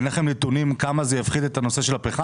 אין לכם נתונים כמה זה יפחית את השימוש בפחם?